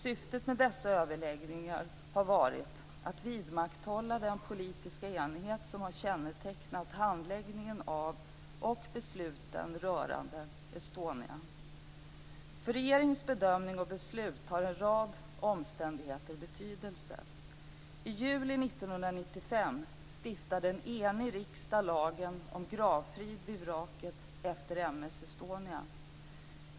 Syftet med dessa överläggningar har varit att vidmakthålla den politiska enighet som har kännetecknat handläggningen av och besluten rörande Estonia. För regeringens bedömning och beslut har en rad omständigheter betydelse. I juli 1995 stiftade en enig riksdag lagen om gravfrid vid vraket efter M/S Estonia.